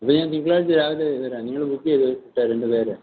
ഇനി ഞാൻ തിങ്കളാഴ്ച്ച രാവിലെ വരാം നിങ്ങൾ ബുക്ക് ചെയ്ത് ഇട്ടേര് എൻ്റെ പേര്